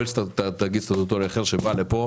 כל תאגיד סטטוטורי אחר שבא לפה